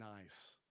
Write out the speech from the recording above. nice